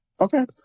Okay